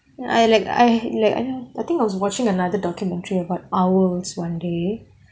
ya I like I like I I think I was watching another documentary about owls one day